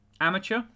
Amateur